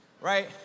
right